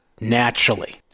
naturally